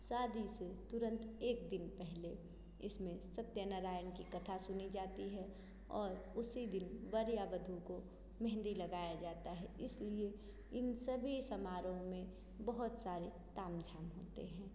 शादी से तुरंत एक दिन पहले इसमें सत्यनारायण की कथा सुनी जाती है और उसी दिन वर या वधू को मेहंदी लगाया जाता है इसलिए इन सभी समारोह में बहुत सारे ताम झाम होते है